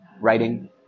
writing